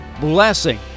blessing